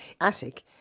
attic